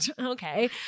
okay